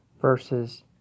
Versus